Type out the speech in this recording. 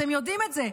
אתם יודעים את זה,